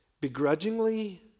begrudgingly